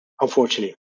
unfortunately